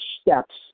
steps